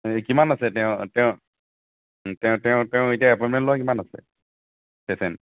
এই কিমান আছে তেওঁ তেওঁ তেওঁ তেওঁ তেওঁ এতিয়া এপইণ্টমেণ্ট লোৱা কিমান আছে পেচেণ্ট